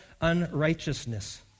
unrighteousness